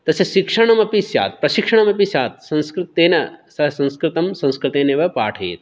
तस्य शिक्षणम् अपि स्यात् प्रशिक्षणम् अपि स्यात् संस्कृतेन सः संस्कृतं संस्कृतेन एव पाठयेत्